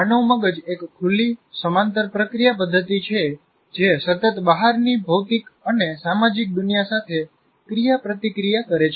માનવ મગજ એક ખુલ્લી સમાંતર પ્રક્રિયા પદ્ધતિ છે જે સતત બહારની ભૌતિક અને સામાજિક દુનિયા સાથે ક્રિયાપ્રતિક્રિયા કરે છે